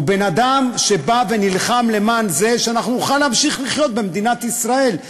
הוא בן-אדם שבא ונלחם למען זה שאנחנו נוכל להמשיך לחיות במדינת ישראל,